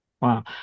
Wow